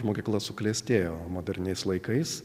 mokykla suklestėjo moderniais laikais